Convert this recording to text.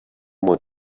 moins